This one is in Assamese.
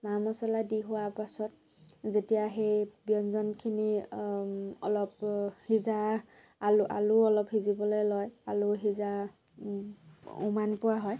মা মচলা দি হোৱাৰ পাছত যেতিয়া সেই ব্যঞ্জনখিনি অলপ সিজা আলু আলু অলপ সিজিবলৈ লয় আলু সিজাৰ উমান পোৱা হয়